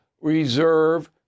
reserve